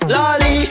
Lolly